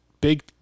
big